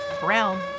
Brown